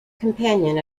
companion